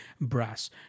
brass